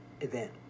event